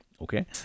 okay